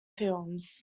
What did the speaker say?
films